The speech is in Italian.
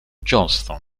johnston